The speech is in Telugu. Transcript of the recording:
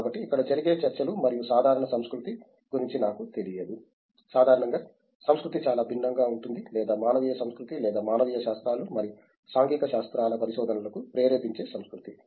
కాబట్టి ఇక్కడ జరిగే చర్చలు మరియు సాధారణ సంస్కృతి గురించి నాకు తెలియదు సాధారణంగా సంస్కృతి చాలా భిన్నంగా ఉంటుంది లేదా మానవీయ సంస్కృతి లేదా మానవీయ శాస్త్రాలు మరియు సాంఘిక శాస్త్రాల పరిశోధనలకు ప్రేరేపించే సంస్కృతి